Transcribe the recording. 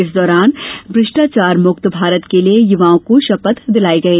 इस दौरान भ्रष्टाचार मुक्त भारत के लिए युवाओं को शपथ दिलाई गई